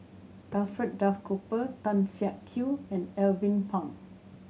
Alfred Duff Cooper Tan Siak Kew and Alvin Pang